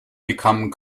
become